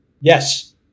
Yes